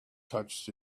touched